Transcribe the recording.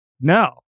no